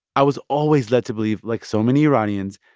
i was always led to believe, like so many iranians,